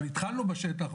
אבל התחלנו בשטח,